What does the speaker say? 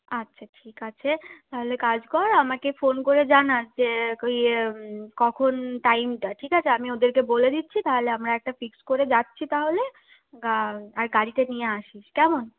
আচ্ছা ঠিক আছে তাহলে কাজ কর আমাকে ফোন করে জানাস যে ইয়ে কখন টাইমটা ঠিক আছে আমি ওদেরকে বলে দিচ্ছি তাহলে আমরা একটা ফিক্স করে যাচ্ছি তাহলে আর গাড়িটা নিয়ে আসিস কেমন